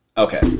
Okay